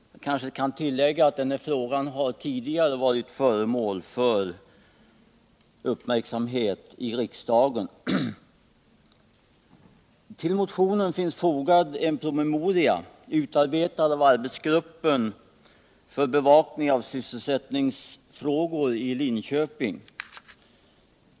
Jag kan kanske tillägga att denna fråga tidigare har varit föremål för uppmärksamhet i riksdagen. Till motionen finns fogad en promemoria, utarbetad av arbetsgruppen för bevakning av sysselsättningsfrågor i Linköping.